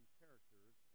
characters